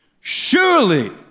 surely